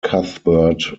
cuthbert